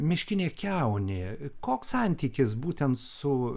miškinė kiaunė koks santykis būtent su